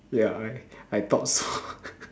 ya I I thought so